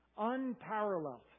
unparalleled